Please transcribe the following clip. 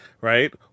right